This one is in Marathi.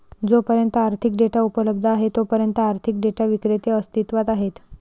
जोपर्यंत आर्थिक डेटा उपलब्ध आहे तोपर्यंत आर्थिक डेटा विक्रेते अस्तित्वात आहेत